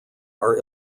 are